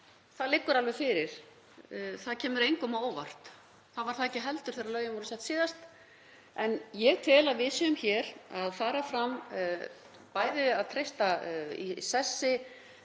Það liggur alveg fyrir. Það kemur engum á óvart. Það var það ekki heldur þegar lögin voru sett síðast. En ég tel að við séum hér bæði að treysta í sessi